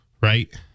right